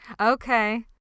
Okay